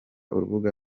urubuga